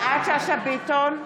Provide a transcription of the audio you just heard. יפעת שאשא ביטון,